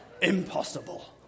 impossible